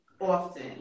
often